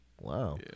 wow